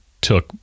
took